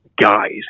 guys